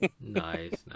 nice